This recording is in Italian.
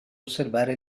osservare